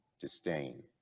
disdain